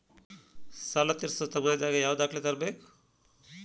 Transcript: ಸಾಲಾ ತೇರ್ಸೋ ಸಮಯದಾಗ ಯಾವ ದಾಖಲೆ ತರ್ಬೇಕು?